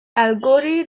allegory